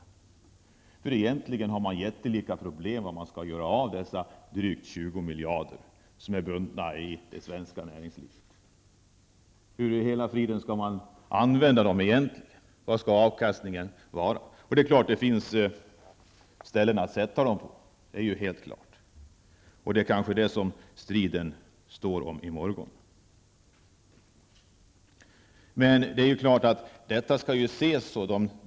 Man har egentligen jättelika problem med vad man skall göra av dessa drygt 20 miljarder kronor som är bundna i det svenska näringslivet. Hur i hela friden skall man egentligen använda dessa pengar? Vad skall avkastningen vara? Det är helt klart att det finns saker att lägga pengarna på. Det är kanske det som striden kommer att stå om i morgon.